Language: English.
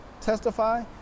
testify